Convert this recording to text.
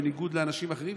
בניגוד לאנשים אחרים,